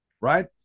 Right